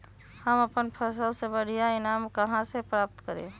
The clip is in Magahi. हम अपन फसल से बढ़िया ईनाम कहाँ से प्राप्त करी?